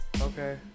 okay